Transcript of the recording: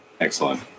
Excellent